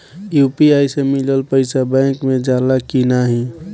UPI से मिलल पईसा बैंक मे जाला की नाहीं?